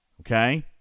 Okay